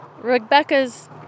Rebecca's